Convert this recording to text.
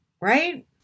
Right